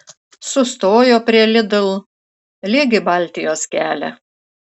sustojo prie lidl lyg į baltijos kelią